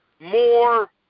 More